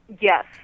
Yes